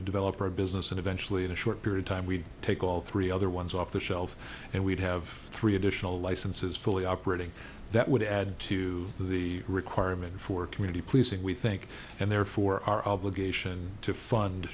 to develop our business and eventually in a short period time we take all three other ones off the shelf and we'd have three additional licenses fully operating that would add to the requirement for community policing we think and therefore our obligation to fund